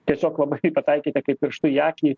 tiesiog labai pataikėte kaip pirštu į akį